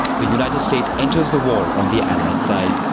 the united states enters the war on the allied side.